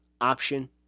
option